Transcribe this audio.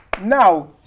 now